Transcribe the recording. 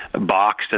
boxed